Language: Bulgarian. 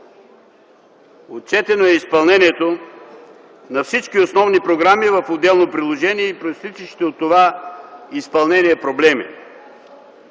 Отчетено е изпълнението на всички основни програми в отделно приложение и произтичащите от това изпълнение проблеми.